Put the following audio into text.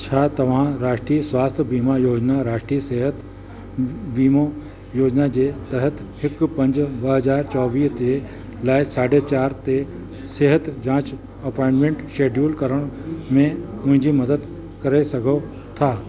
छा तव्हां राष्ट्रीय स्वास्थ्य बीमा योजना राष्ट्रीय सिहत वीमो योजना जे तहत हिक पंज ब हजार चोवीह ते जे लाए साढा चारि ते सिहत जांच अपॉइंटमेंट शेड्यूल करण में मुंहिंजी मदद करे सघो था